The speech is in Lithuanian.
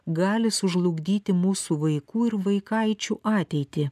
gali sužlugdyti mūsų vaikų ir vaikaičių ateitį